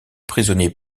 prisonnier